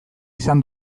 izan